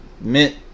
Mint